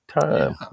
time